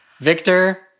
victor